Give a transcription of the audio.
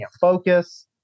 focus